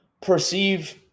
perceive